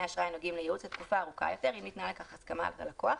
אשראי הנוגעים לייעוץ לתקופה ארוכה יותר אם ניתנה לכך הסכמת הלקוח,